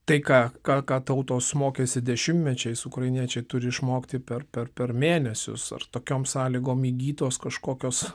tai ką ką ką tautos mokėsi dešimtmečiais ukrainiečiai turi išmokti per per per mėnesius ar tokiom sąlygom įgytos kažkokios